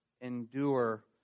endure